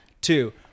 two